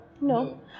no